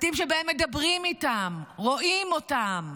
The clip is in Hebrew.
בתים שבהם מדברים איתם, רואים אותם,